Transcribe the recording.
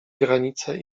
granice